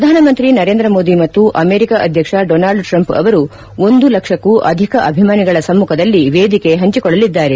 ಪ್ರಧಾನಮಂತ್ರಿ ನರೇಂದ್ರ ಮೋದಿ ಮತ್ತು ಅಮೆರಿಕದ ಅಧ್ಯಕ್ಷ ಡೊನಾಲ್ಡ್ ಟ್ರಂಪ್ ಅವರು ಒಂದು ಲಕ್ಷಕ್ಕೂ ಅಧಿಕ ಅಭಿಮಾನಿಗಳ ಸಮ್ಮುಖದಲ್ಲಿ ವೇದಿಕೆ ಹಂಚೆಕೊಳ್ಳಲಿದ್ದಾರೆ